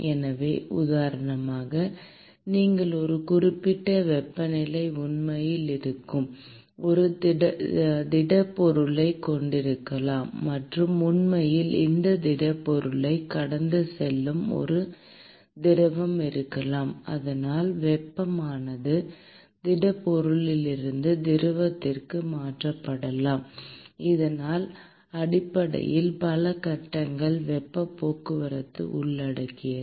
எனவே உதாரணமாக நீங்கள் ஒரு குறிப்பிட்ட வெப்பநிலையில் உண்மையில் இருக்கும் ஒரு திடப்பொருளைக் கொண்டிருக்கலாம் மற்றும் உண்மையில் இந்த திடப் பொருளைக் கடந்து செல்லும் ஒரு திரவம் இருக்கலாம் அதனால் வெப்பமானது திடப்பொருளிலிருந்து திரவத்திற்கு மாற்றப்படலாம் அதனால் அடிப்படையில் பல கட்டங்களில் வெப்பப் போக்குவரத்தை உள்ளடக்கியது